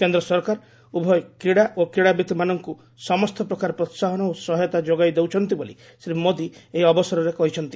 କେନ୍ଦ୍ର ସରକାର ଉଭୟେ କ୍ରୀଡା ଓ କ୍ରୀଡାବିତ୍ ମାନଙ୍କୁ ସମସ୍ତ ପ୍ରକାର ପ୍ରୋହାହନ ଓ ସହାୟତା ଯୋଗାଇ ଦେଉଛନ୍ତି ବୋଲି ଶ୍ରୀ ମୋଦି ଏହି ଅବସରରେ କହିଛନ୍ତି